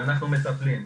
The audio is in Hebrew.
ואנחנו מטפלים.